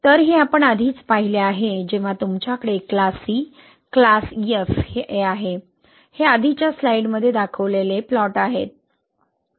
तर हे आपण आधीच पाहिले आहे जेव्हा तुमच्याकडे क्लास C क्लास F आहे हे आधीच्या स्लाइडमध्ये दाखवलेले प्लॉट आहे